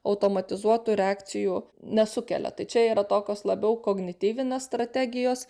automatizuotų reakcijų nesukelia tai čia yra tokios labiau kognityvinės strategijos